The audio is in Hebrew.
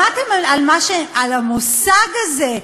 שמעתם על המושג הזה,